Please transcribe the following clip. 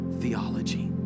theology